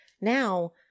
Now